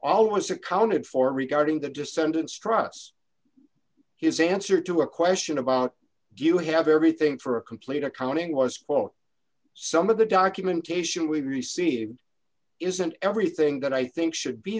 all was accounted for regarding the descendants trusts his answer to a question about do you have everything for a complete accounting was quote some of the documentation we received isn't everything that i think should be